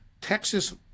Texas